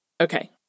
Okay